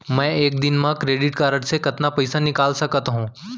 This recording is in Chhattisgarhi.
मैं एक दिन म क्रेडिट कारड से कतना पइसा निकाल सकत हो?